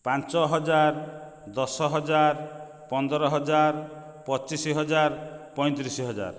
ପାଞ୍ଚ ହଜାର ଦଶ ହଜାର ପନ୍ଦର ହଜାର ପଚିଶ ହଜାର ପଈଁତିରିଶ ହଜାର